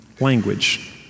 language